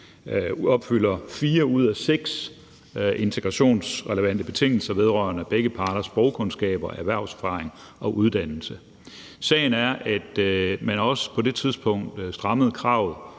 opfylder fire ud af seks integrationsrelevante betingelser vedrørende begge parters sprogkundskaber, erhvervserfaring og uddannelse. Sagen er, at man også på det tidspunkt strammede kravet